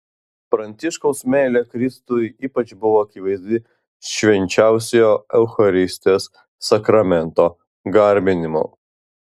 pranciškaus meilė kristui ypač buvo akivaizdi švenčiausiojo eucharistijos sakramento garbinimu